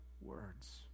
words